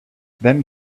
then